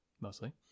mostly